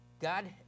God